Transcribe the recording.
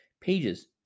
pages